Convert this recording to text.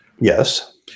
Yes